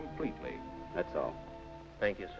completely thank you